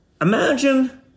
Imagine